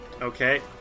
Okay